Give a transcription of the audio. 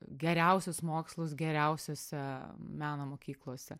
geriausius mokslus geriausiose meno mokyklose